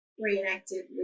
reenacted